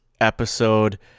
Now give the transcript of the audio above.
episode